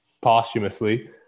posthumously